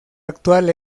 actual